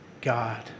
God